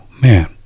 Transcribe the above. man